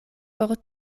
por